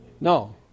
No